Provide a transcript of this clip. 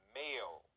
male